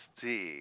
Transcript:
see